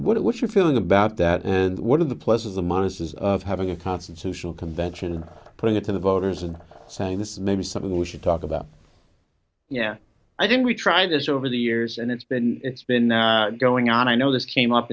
used what's your feeling about that and what are the pluses and minuses of having a constitutional convention and putting it to the voters and saying this name is something that we should talk about yeah i think we tried this over the years and it's been it's been going on i know this came up